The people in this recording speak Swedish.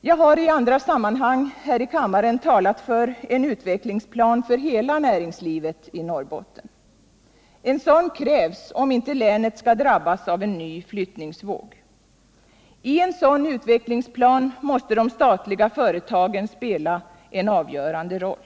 Jag har i andra sammanhang här i kammaren talat för en utvecklingsplan för hela näringslivet i Norrbotten. En sådan krävs om inte länet skall drabbas av en flyttningsvåg. I en sådan utvecklingsplan måste de statliga företagen spela en avgörande roll.